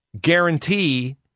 guarantee